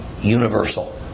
universal